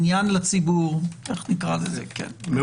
עניין לציבור --- מאותרגים.